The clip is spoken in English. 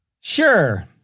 Sure